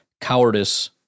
cowardice